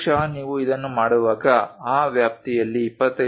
ಬಹುಶಃ ನೀವು ಇದನ್ನು ಮಾಡುವಾಗ ಆ ವ್ಯಾಪ್ತಿಯಲ್ಲಿ 25